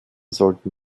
sollten